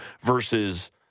versus